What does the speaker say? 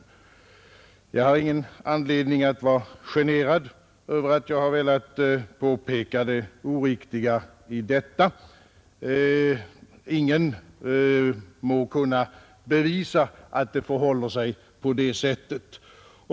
Jag har ingen anledning att vara generad över att jag velat påpeka det oriktiga i detta. Ingen må kunna bevisa att det förhåller sig på det sättet.